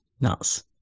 nuts